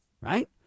right